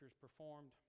performed